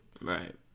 Right